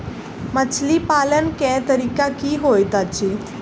मछली पालन केँ तरीका की होइत अछि?